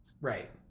Right